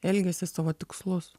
elgesį savo tikslus